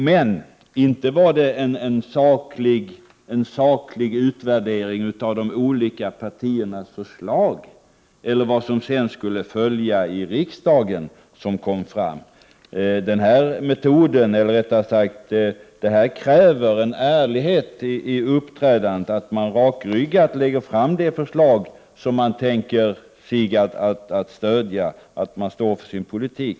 Men inte handlade det om någon saklig utvärdering av de olika partiernas förslag eller om vad som sedan skulle följa i riksdagen. Det krävs en ärlighet i uppträdandet, så att man står för sin politik och rakryggat lägger fram de förslag som man tänker stödja.